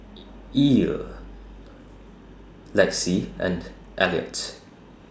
Ell Lexi and Eliot